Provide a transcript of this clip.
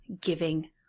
giving